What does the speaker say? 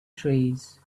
trees